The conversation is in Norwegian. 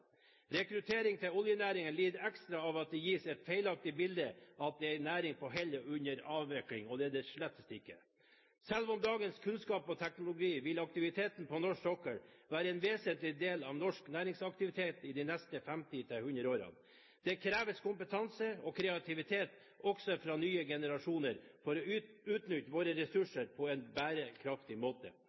Rekruttering til realfag og yrkesfag for så vel petroleumsbransjen som for annen kompetansekrevende industri er en utfordring vi må møte for å beholde landets konkurransekraft. Rekrutteringen til oljenæringen lider ekstra av at det gis et feilaktig bilde av at det er en næring på hell og under avvikling – det er den slettes ikke. Selv med dagens kunnskap og teknologi vil aktiviteten på norsk sokkel være en vesentlig del av norsk næringsaktivitet i de neste 50–100 årene. Det kreves kompetanse